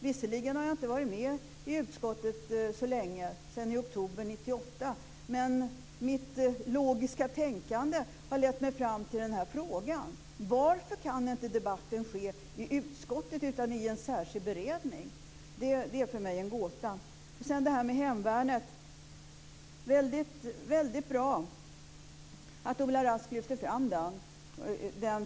Visserligen har jag inte varit med i utskottet så länge. Jag har varit med sedan oktober 1998. Men mitt logiska tänkande har lett mig fram till den här frågan. Varför kan inte debatten ske i utskottet i stället för i en särskild beredning? Det är för mig en gåta. Sedan till det här med hemvärnet. Det var väldigt bra att Ola Rask lyfte fram den frågan.